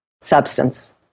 Substance